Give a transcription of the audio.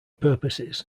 purposes